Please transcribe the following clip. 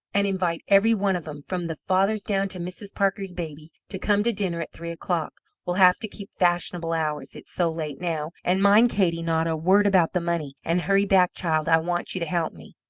and invite every one of em from the fathers down to mrs. parker's baby to come to dinner at three o'clock we'll have to keep fashionable hours, it's so late now and mind, katey, not a word about the money. and hurry back, child, i want you to help me.